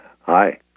Hi